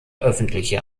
öffentliche